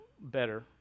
better